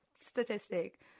statistic